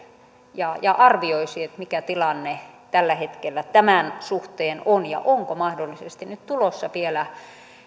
ja ja arvioisi mikä tilanne tällä hetkellä tämän suhteen on ja onko mahdollisesti nyt tulossa vielä